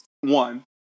One